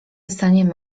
staniemy